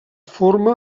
forma